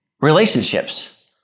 relationships